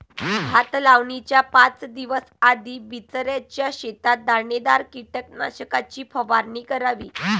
भात लावणीच्या पाच दिवस आधी बिचऱ्याच्या शेतात दाणेदार कीटकनाशकाची फवारणी करावी